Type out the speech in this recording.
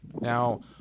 Now